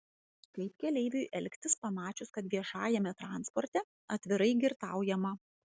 kaip keleiviui elgtis pamačius kad viešajame transporte atvirai girtaujama